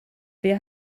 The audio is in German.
wer